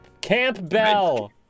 Campbell